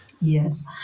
Yes